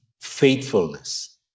faithfulness